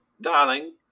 darling